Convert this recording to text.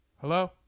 Hello